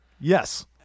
Yes